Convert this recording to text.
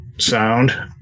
Sound